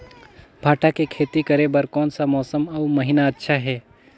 भांटा के खेती करे बार कोन सा मौसम अउ महीना अच्छा हे?